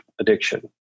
addiction